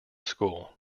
school